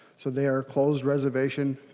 so there a closed reservation